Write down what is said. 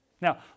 Now